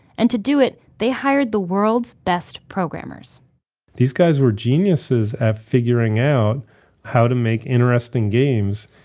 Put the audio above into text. and to do it, they hired the world's best programmers these guys were geniuses at figuring out how to make interesting games,